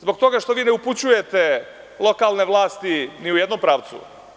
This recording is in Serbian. Zbog toga što ne upućujete lokalne vlasti ni u jednom pravcu.